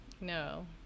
No